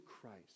Christ